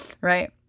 right